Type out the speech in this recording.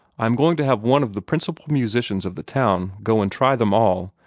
i am going to have one of the principal musicians of the town go and try them all,